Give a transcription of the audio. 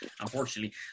unfortunately